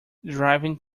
driving